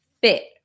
fit